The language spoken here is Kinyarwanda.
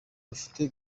bafite